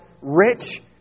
rich